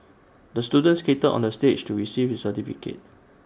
the student skated onto the stage to receive his certificate